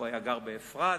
הוא היה גר באפרת,